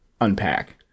unpack